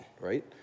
Right